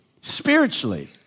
spiritually